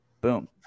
Boom